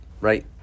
right